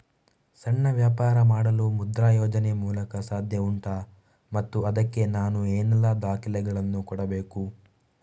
ಸಣ್ಣ ವ್ಯಾಪಾರ ಮಾಡಲು ಮುದ್ರಾ ಯೋಜನೆ ಮೂಲಕ ಸಾಧ್ಯ ಉಂಟಾ ಮತ್ತು ಅದಕ್ಕೆ ನಾನು ಏನೆಲ್ಲ ದಾಖಲೆ ಯನ್ನು ಕೊಡಬೇಕು?